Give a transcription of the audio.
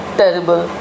terrible